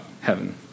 heaven